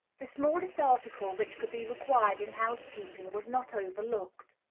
the smallest article which could be required in housekeeping was not overlooked.